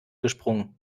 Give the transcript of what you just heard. gesprungen